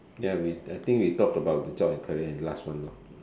ya we I think we talk about the job and career last one lah